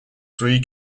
three